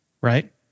Right